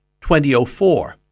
2004